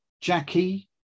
Jackie